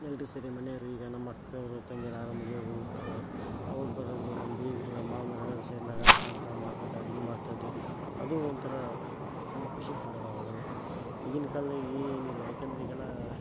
ಎಲ್ಲರೂ ಸೇರಿ ಮನೆಯವರೀಗ ನಮ್ಮ ಅಕ್ಕಾವ್ರು ತಂಗೀರು ಯಾರೋ ಮದ್ವೆಗೆ ಹೋಗಿರ್ತಾರೆ ಅವ್ರು ಬರೋದು ನಮ್ಮ ಬೀಗರು ನಮ್ಮ ಮಾವನವ್ರೆಲ್ಲ ಸೇರಿ ನಗಾಡ್ಕೊತಾ ಮಾಡ್ಕೊತಾ ಅಡುಗೆ ಮಾಡ್ತಾಯಿದ್ದರೆ ಅದು ಒಂಥರ ತುಂಬ ಖುಷಿ ಕೊಡೋದು ಅವಾಗೆಲ್ಲ ಈಗಿನ ಕಾಲ್ದಾಗ ಏನಿಲ್ಲ ಯಾಕಂದ್ರೆ ಈಗೆಲ್ಲಾ